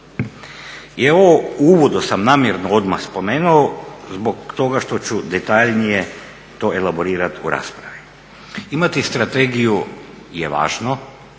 U uvodu sam namjerno odmah spomenuo zbog toga što ću detaljnije to elaborirati u raspravi. Imati strategiju je važno